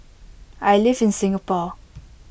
I live in Singapore